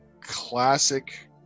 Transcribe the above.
classic